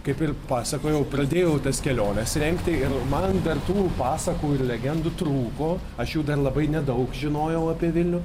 kaip ir pasakojau pradėjau tas keliones rengti ir man dar tų pasakų ir legendų trūko aš jų dar labai nedaug žinojau apie vilnių